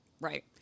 Right